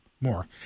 more